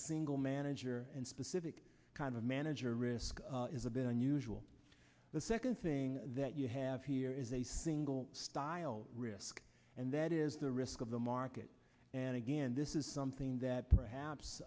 single manager and specific kind of manager risk is a bit unusual the second thing that you have here is a single style risk and that is the risk of the market and again this is something that perhaps